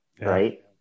right